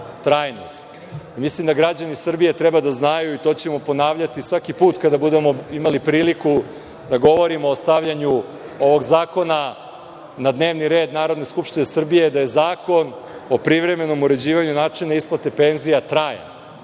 Mislim da građani Srbije treba da znaju, i to ćemo ponavljati svaki put kada budemo imali priliku da govorimo o stavljanju ovog zakona na dnevni red Narodne skupštine Srbije, da je Zakon o privremenom uređivanju načina isplate penzija trajan. To